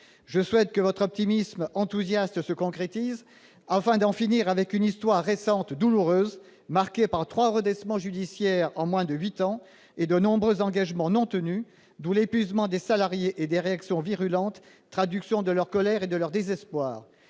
Je souhaite que votre optimisme enthousiaste se concrétise, afin d'en finir avec une histoire récente douloureuse, marquée par trois redressements judiciaires en moins de huit ans et de nombreux engagements non tenus, d'où l'épuisement des salariés et des réactions virulentes, traduction de leur colère et de leur désespoir.